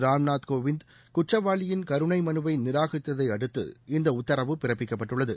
ராம்நாத் கோவிந்த் குற்றவாளியின் கருணை மனுவை நிராகரித்ததை அடுத்து இந்த உத்தரவு பிறப்பிக்கப்பட்டுள்ளது